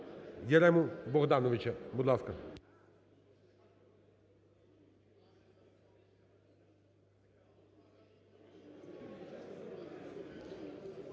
Ярему Богдановича. Будь ласка.